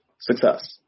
success